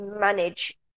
manage